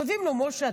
כותבים לו: משה,